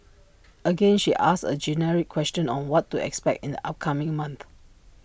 again she asks A generic question on what to expect in the upcoming month